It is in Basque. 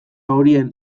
horien